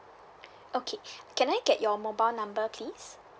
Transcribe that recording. okay can I get your mobile number please